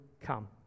come